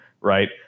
right